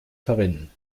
verwenden